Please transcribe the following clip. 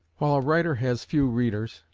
while a writer has few readers,